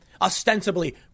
Ostensibly